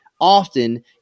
often